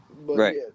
Right